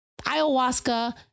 ayahuasca